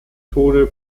tode